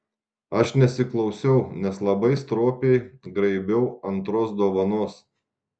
aš nesiklausiau nes labai stropiai graibiau antros dovanos